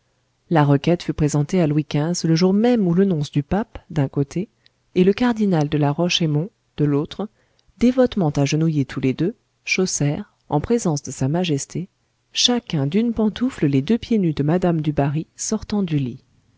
la requête fut présentée à louis xv le jour même où le nonce du pape d'un côté et le cardinal de la roche aymon de l'autre dévotement agenouillés tous les deux chaussèrent en présence de sa majesté chacun d'une pantoufle les deux pieds nus de madame du barry sortant du lit